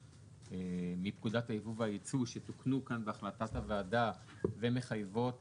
מפקודת היבוא והיצוא שתוקנו כאן בהחלטת הוועדה ומחייבות